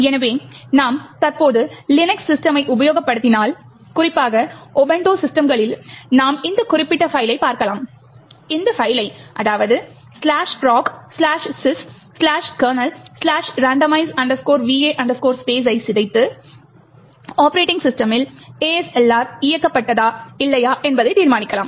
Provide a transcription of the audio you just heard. எனவே நாம் தற்போது லினக்ஸ் சிஸ்டமை உபயோகப்படுத்தினால் குறிப்பாக உபுண்டு சிஸ்டம்களில் நாம் இந்த குறிப்பிட்ட பைல்லைப் பார்க்கலாம் இந்த பைல்லை அதாவது proc sys kernel randomize va space ஐ சிதைத்து ஒப்பரேட்டிங் சிஸ்டமில் ASLR இயக்கப்பட்டதா இல்லையா என்பதைத் தீர்மானிக்கலாம்